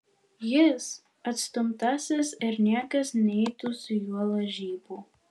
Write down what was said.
jis atstumtasis ir niekas neitų su juo lažybų